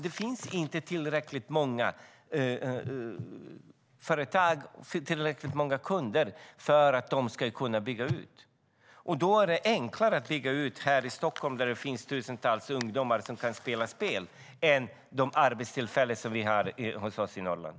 Det finns inte tillräckligt många företag och kunder för att man ska kunna bygga ut. Då är det enklare att bygga ut här i Stockholm, där det finns tusentals ungdomar som kan spela spel, än att bevara de arbetstillfällen som vi har hos oss i Norrland.